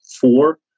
four